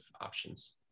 options